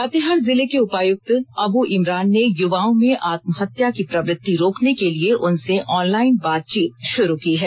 लातेहार जिले के उपायुक्त अब्र इमरान ने युवाओं में आत्महत्या की प्रवृति रोकने के लिए उनसे ऑनलाइन बातचीत शुरू की है